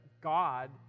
God